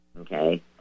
Okay